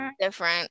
different